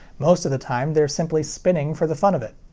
most of the time they're simply spinning for the fun of it.